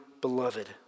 beloved